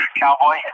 cowboy